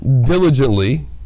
Diligently